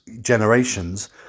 generation's